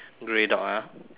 grey dog ah